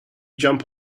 jump